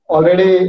Already